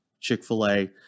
Chick-fil-A